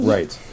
Right